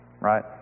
right